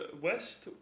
west